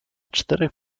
czterech